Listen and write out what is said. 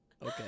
Okay